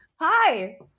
hi